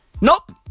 Nope